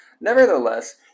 Nevertheless